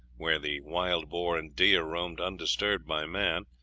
where the wild boar and deer roamed undisturbed by man,